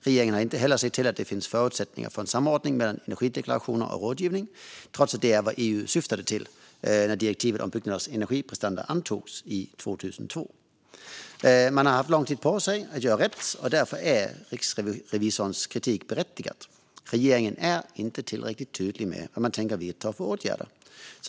Regeringen har inte heller sett till att det finns förutsättningar för en samordning mellan energideklarationer och rådgivning, trots att det är vad EU syftade till när direktivet om byggnaders energiprestanda antogs 2002. Man har haft lång tid på sig att göra rätt, och därför är Riksrevisionens kritik berättigad. Regeringen är inte tillräckligt tydlig med vad man tänker vidta för åtgärder.